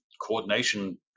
coordination